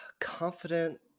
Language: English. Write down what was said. confident